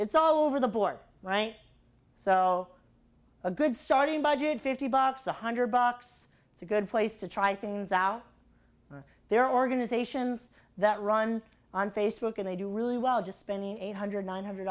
it's all over the board right so a good starting budget fifty bucks one hundred bucks it's a good place to try things out there are organizations that run on facebook and they do really well just spending eight hundred nine hundred